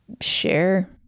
share